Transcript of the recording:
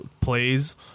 plays